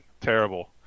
Terrible